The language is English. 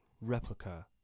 replica